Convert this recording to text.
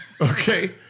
Okay